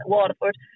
Waterford